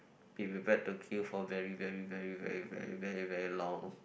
you will get to queue for very very very very very very very very long